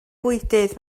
bwydydd